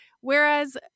whereas